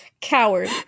Coward